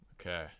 Okay